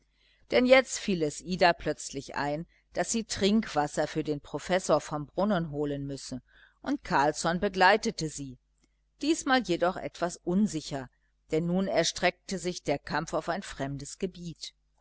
denn jetzt fiel es ida plötzlich ein daß sie trinkwasser für den professor vom brunnen holen müsse und carlsson begleitete sie diesmal jedoch etwas unsicher denn nun erstreckte sich der kampf auf ein fremdes gebiet